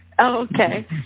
Okay